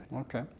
Okay